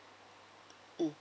mm